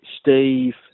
Steve